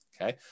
okay